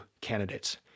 candidates